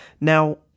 Now